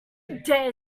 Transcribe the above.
dare